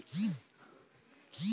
Loan न चुका पाई तब का होई?